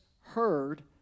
heard